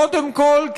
קודם כול,